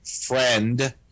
friend